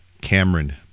Cameron